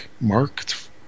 Marked